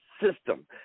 system